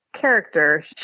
character